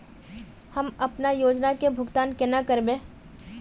हम अपना योजना के भुगतान केना करबे?